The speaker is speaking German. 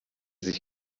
sich